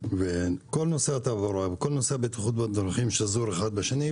וכל נושא התעבורה וכל נושא הבטיחות בדרכים שזור אחד בשני,